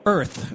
Earth